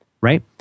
Right